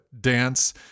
dance